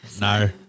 No